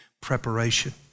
Preparation